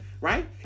Right